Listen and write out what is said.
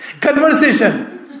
conversation